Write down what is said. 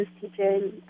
teaching